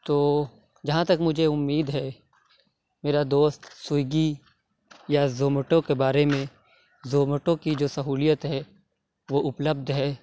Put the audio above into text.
تو جہاں تک مجھے امید ہے میرا دوست سویگی یا زوموٹو کے بارے میں زوموٹو کی جو سہولت ہے وہ اپلبدھ ہے